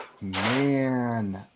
Man